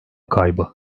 kaybı